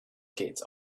gates